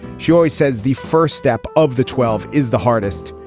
joyce says the first step of the twelve is the hardest,